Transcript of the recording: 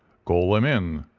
call them in,